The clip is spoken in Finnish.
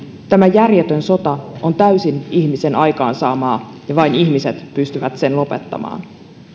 tämä järjetön sota on täysin ihmisen aikaansaamaa ja vain ihmiset pystyvät sen lopettamaan